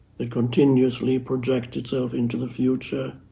that continuously projects itself into the future,